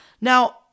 Now